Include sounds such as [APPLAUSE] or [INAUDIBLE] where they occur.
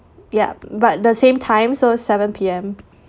ya but the same time so seven P_M [BREATH]